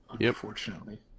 unfortunately